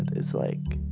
it's like